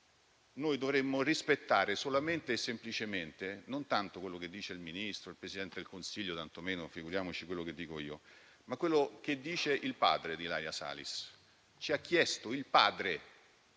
Noi dovremmo rispettare, solamente e semplicemente, non tanto quello che dice il ministro Tajani, il Presidente del Consiglio e tantomeno quello che dico io, ma quello che dice il padre di Ilaria Salis. Il padre